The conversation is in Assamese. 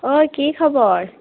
ঐ কি খবৰ